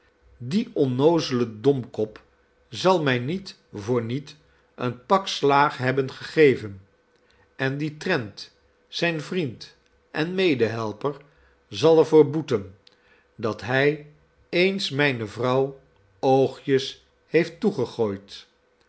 die onnoozele domkop zal mij niet voorniet een pak slaag hebben gegeven en die trent zijn vriend en medehelper zal er voor boeten dat hij eens mijne vrouw oogjes heeft toegegooid